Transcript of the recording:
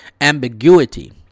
ambiguity